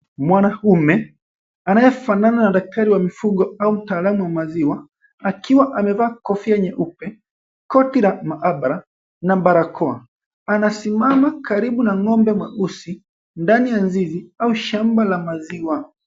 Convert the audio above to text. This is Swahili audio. Mwanaume anayefanana na daktari wa mifugo au mtaalamu wa maziwa, akiwa amevaa kofia nyeupe, koti la maabara na barakoa. Anasimama karibu na ng'ombe mweusi ndani ya zizi au shamba la maziwa.